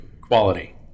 quality